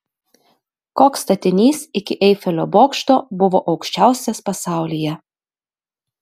koks statinys iki eifelio bokšto buvo aukščiausias pasaulyje